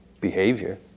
behavior